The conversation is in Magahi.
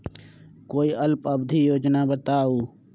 कोई अल्प अवधि योजना बताऊ?